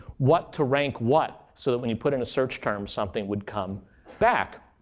what to rank what so that when you put in a search term something would come back.